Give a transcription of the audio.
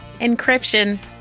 Encryption